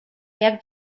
jak